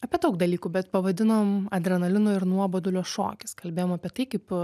apie daug dalykų bet pavadinom adrenalino ir nuobodulio šokis kalbėjom apie tai kaip